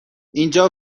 اینجا